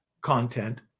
content